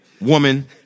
Woman